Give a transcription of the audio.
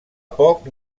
poc